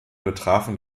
betrafen